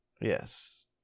Yes